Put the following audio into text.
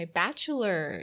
bachelor